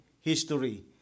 history